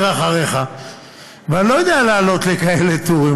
אחריך ואני לא יודע לעלות לכאלה טורים.